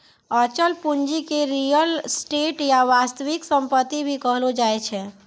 अचल पूंजी के रीयल एस्टेट या वास्तविक सम्पत्ति भी कहलो जाय छै